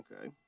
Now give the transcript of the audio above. Okay